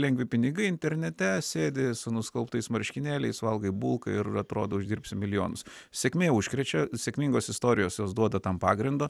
lengvi pinigai internete sėdi su nuskalbtais marškinėliais valgai bulką ir atrodo uždirbsim milijonus sėkmė užkrečia sėkmingos istorijos jos duoda tam pagrindo